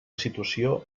situació